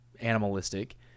animalistic